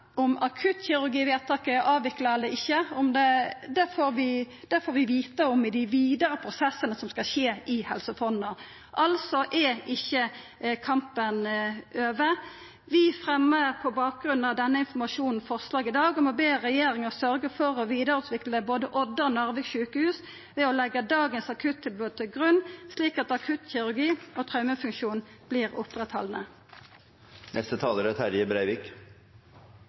om akuttkirurgivedtaket er avvikla eller ikkje, får vi vita om i dei vidare prosessane som skal skje i Helse Fonna. Altså er ikkje kampen over. Vi fremjar på bakgrunn av denne informasjonen forslag i dag om å be regjeringa sørgja for å vidareutvikla både Odda og Narvik sjukehus ved å leggja dagens akuttilbod til grunn, slik at akuttkirurgi og traumefunksjon vert oppretthaldne.